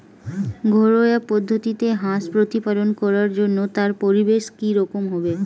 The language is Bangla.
ঘরোয়া পদ্ধতিতে হাঁস প্রতিপালন করার জন্য তার পরিবেশ কী রকম হবে?